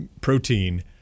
protein